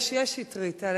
יש שטרית.